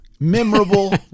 Memorable